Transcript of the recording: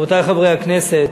רבותי חברי הכנסת,